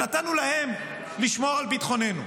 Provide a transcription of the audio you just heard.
ונתנו להן לשמור על ביטחוננו.